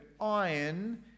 iron